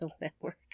Network